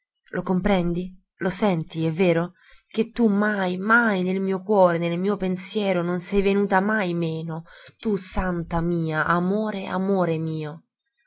lo comprendi lo senti è vero che tu mai mai nel mio cuore nel mio pensiero non sei venuta mai meno tu santa mia amore amore mio